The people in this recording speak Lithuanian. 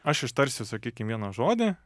aš ištarsiu sakykim vieną žodį